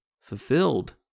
fulfilled